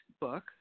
book